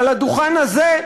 על הדוכן הזה,